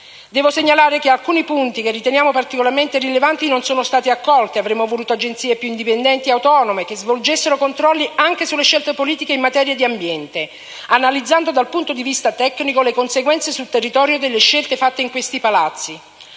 Devo segnalare che alcuni punti, che riteniamo particolarmente rilevanti, non sono stati accolti: avremmo voluto Agenzie più indipendenti e autonome, che svolgessero controlli anche sulle scelte politiche in materia di ambiente, analizzando dal punto di vista tecnico le conseguenze sul territorio delle scelte fatte in questi Palazzi.